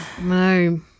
no